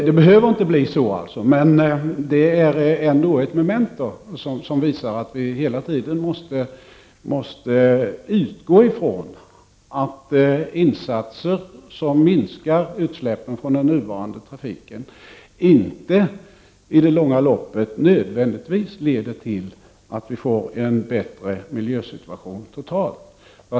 Det behöver inte bli så, men det är ändå ett memento som visar att vi hela tiden måste utgå ifrån att insatser som minskar utsläppen från den nuvarande trafiken i det långa loppet inte nödvändigtvis leder till att vi får en bättre miljösituation totalt.